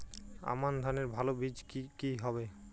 আমান ধানের ভালো বীজ কি কি হবে?